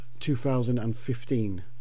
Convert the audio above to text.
2015